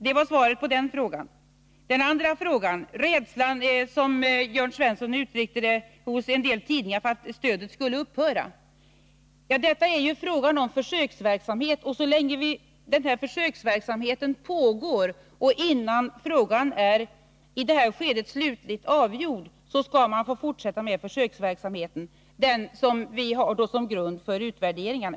Den andra frågan gällde rädslan, som Jörn Svensson uttryckte det, hos en del tidningar för att stödet skulle upphöra. Det är ju fråga om en försöksverksamhet, och innan frågan i det här skedet är slutligt avgjord skall den försöksverksamheten få fortsätta. Den skall ju ligga till grund för utvärderingen.